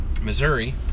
Missouri